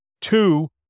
Two